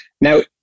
Now